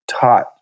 taught